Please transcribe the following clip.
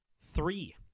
three